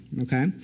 okay